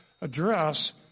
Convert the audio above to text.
address